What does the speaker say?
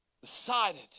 decided